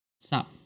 sup